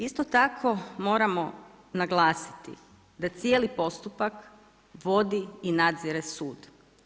Isto tako moramo naglasiti da cijeli postupak vodi i nadzire sud.